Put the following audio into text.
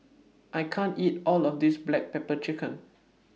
I can't eat All of This Black Pepper Chicken